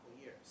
years